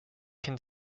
can